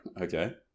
Okay